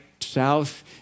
south